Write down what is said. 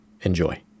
Enjoy